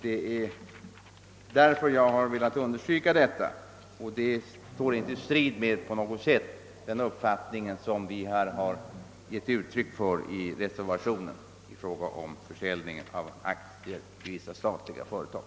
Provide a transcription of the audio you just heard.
Det är därför jag har velat understryka detta ställningstagande, som inte på något sätt står i strid med den uppfattning som vi har givit uttryck åt i reservationen i fråga om försäljning av aktier i vissa statliga företag.